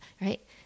right